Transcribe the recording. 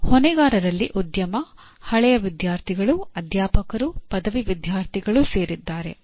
ಹೊಣೆಗಾರರಲ್ಲಿ ಉದ್ಯಮ ಹಳೆಯ ವಿದ್ಯಾರ್ಥಿಗಳು ಅಧ್ಯಾಪಕರು ಪದವಿ ವಿದ್ಯಾರ್ಥಿಗಳು ಸೇರಿದ್ದಾರೆ